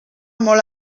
molt